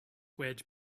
wedge